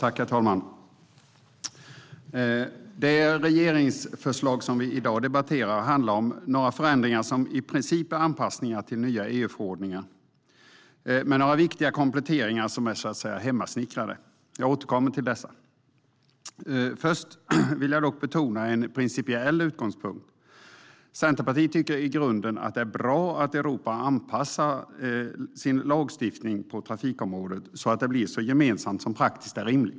Herr talman! Det regeringsförslag som vi i dag debatterar handlar om några förändringar som i princip är anpassningar till nya EU-förordningar, med några viktiga kompletteringar som är så att säga hemmasnickrade. Jag återkommer till dessa. Först vill jag betona en principiell utgångspunkt. Centerpartiet tycker i grunden att det är bra att Europa anpassar sin lagstiftning på trafikområdet så att det blir så gemensamt som det praktiskt är rimligt.